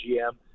GM